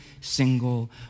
single